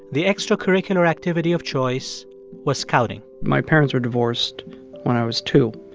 the extracurricular activity of choice was scouting my parents were divorced when i was two,